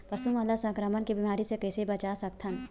पशु मन ला संक्रमण के बीमारी से कइसे बचा सकथन?